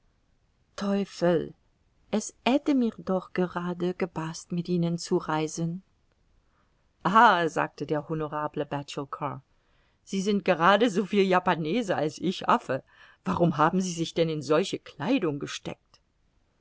teufel es hätte mir doch gerade gepaßt mit ihnen zu reisen ah sagte der honorable batulcar sie sind gerade soviel japanese als ich affe warum haben sie sich denn in solche kleidung gesteckt